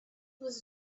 was